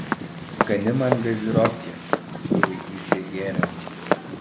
skani man gazirofkė kur vaikystėj gėrėm